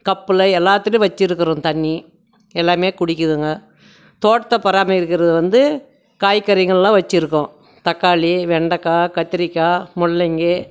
கப்பில் எல்லாத்லையும் வச்சியிருக்கறோம் தண்ணி எல்லாமே குடிக்கிதுங்க தோட்டத்தை பராமரிக்கிறது வந்து காய்கறிகள்லாம் வச்சியிருக்கோம் தக்காளி வெண்டக்காய் கத்திரிக்காய் முள்ளங்கி